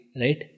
Right